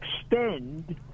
extend